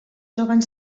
troben